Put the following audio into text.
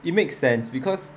it makes sense because